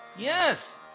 Yes